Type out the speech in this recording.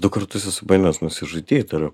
du kartus esu bandęs nusižudyt ir